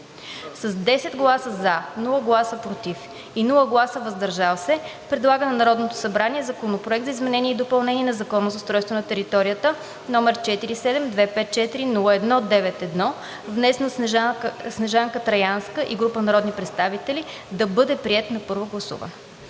с 10 гласа „за“, без „против“ и „въздържал се“, предлага на Народното събрание Законопроект за изменение и допълнение на Закона за устройство на територията, № 47-254-01-91, внесен от Снежанка Траянска и група народни представители, да бъде приет на първо гласуване.“